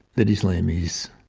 that islam is